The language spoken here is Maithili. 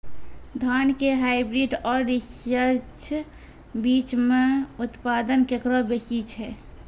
धान के हाईब्रीड और रिसर्च बीज मे उत्पादन केकरो बेसी छै?